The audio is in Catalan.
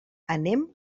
anem